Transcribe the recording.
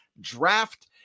Draft